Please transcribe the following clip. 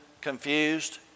confused